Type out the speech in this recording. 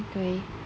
mm okay